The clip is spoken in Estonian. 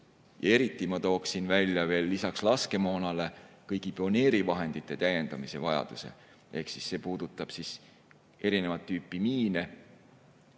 Eraldi tooksin ma välja lisaks laskemoonale kõigi pioneerivahendite täiendamise vajaduse. See puudutab erinevat tüüpi miine,